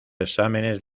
exámenes